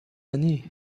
années